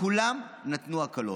לכולם נתנו הקלות.